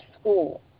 school